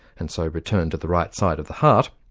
and so return to the right side of the heart,